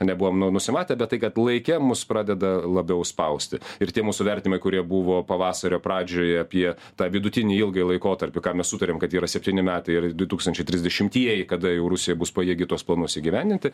nebuvom nu nusimatę bet tai kad laike mus pradeda labiau spausti ir tie mūsų vertinimai kurie buvo pavasario pradžioj apie tą vidutinį ilgąjį laikotarpį ką mes sutarėm kad yra septyni metai ir du tūkstančiai trisdešimtieji kada jau rusija bus pajėgi tuos planus įgyvendinti